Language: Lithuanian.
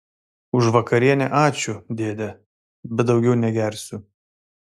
už vakarienę ačiū dėde bet daugiau negersiu